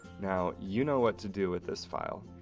now you know what to do with this file.